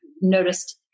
noticed